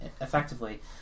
effectively